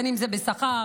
אם זה בשכר,